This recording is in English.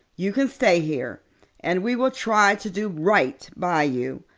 you can stay here and we will try to do right by you.